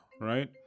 right